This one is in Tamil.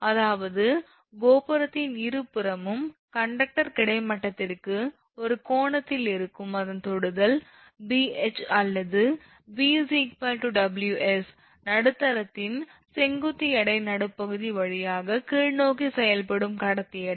அதாவது கோபுரத்தின் இருபுறமும் கண்டக்டர் கிடைமட்டத்திற்கு ஒரு கோணத்தில் இருக்கும் அதன் தொடுதல் 𝑉𝐻 அல்லது 𝑉 𝑊𝑠 நடுத்தரத்தின் செங்குத்து எடை நடுப்பகுதி வழியாக கீழ்நோக்கி செயல்படும் கடத்தி எடை